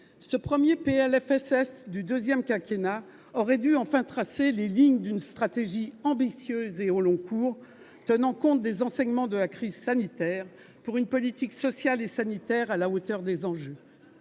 ce premier PLFSS du deuxième quinquennat aurait dû enfin tracer les lignes d'une stratégie ambitieuse et au long cours, tenant compte des enseignements de la crise sanitaire, en faveur d'une politique sociale et sanitaire à la hauteur des enjeux.